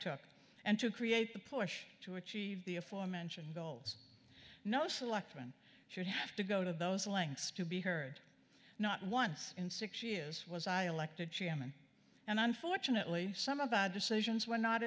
took and to create the push to achieve the aforementioned goals no selectman should have to go to those lengths to be heard not once in six years was i elected chairman and unfortunately some of our decisions were not